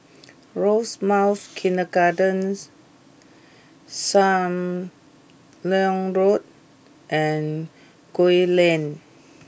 Rosemount Kindergarten Sam Leong Road and Gul Lane